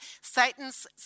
Satan's